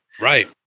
Right